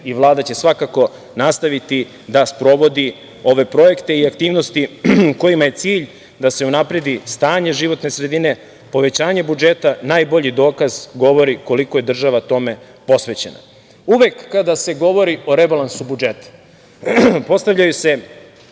i Vlada će svakako nastaviti da sprovodi ove projekte i aktivnosti kojima je cilj da se unapredi stanje životne sredine, povećanje budžeta. Najbolji dokaz govori koliko je država tome posvećena. Uvek kada se govori o rebalansu budžeta postavljaju se